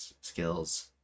skills